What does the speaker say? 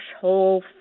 whole